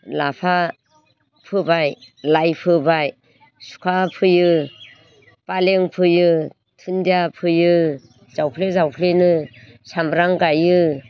लाफा फोबाय लाइ फोबाय सुखा फोयो फालें फोयो दुनदिया फोयो जावफ्ले जावफ्लेनो सामब्राम गायो